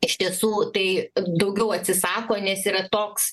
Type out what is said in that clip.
iš tiesų tai daugiau atsisako nes yra toks